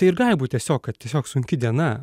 tai ir gali būt tiesiog kad tiesiog sunki diena